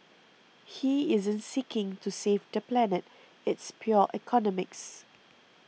he isn't seeking to save the planet it's pure economics